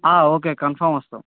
okay confirm వస్తాము